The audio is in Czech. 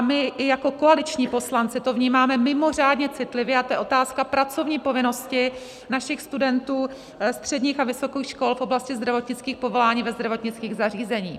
My jako koaliční poslanci to vnímáme mimořádně citlivě, a to je otázka pracovní povinnosti našich studentů středních a vysokých škol v oblasti zdravotnických povolání ve zdravotnických zařízeních.